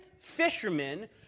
fishermen